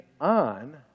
on